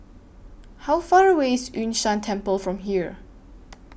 How Far away IS Yun Shan Temple from here